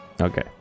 Okay